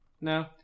No